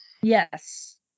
Yes